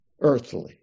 earthly